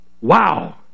Wow